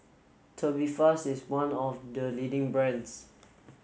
Tubifast is one of the leading brands